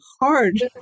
Hard